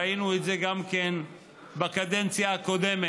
ראינו את זה גם כן בקדנציה הקודמת,